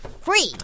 free